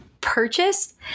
purchased